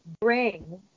bring